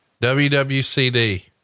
WWCD